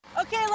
Okay